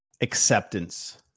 Acceptance